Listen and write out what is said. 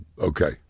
Okay